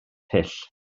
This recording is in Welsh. hyll